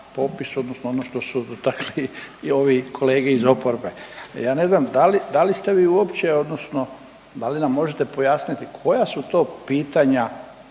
opisu odnosno što su dotakli i ovi kolege iz oporbe. Ja ne znam da li ste vi uopće odnosno da li nam možete pojasniti koja su to pitanja